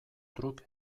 truk